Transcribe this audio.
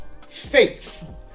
faith